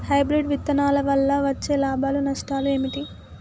Hybrid విత్తనాల వల్ల వచ్చే లాభాలు నష్టాలు ఏమిటి?